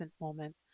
moment